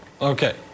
Okay